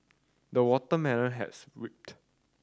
the watermelon has ripped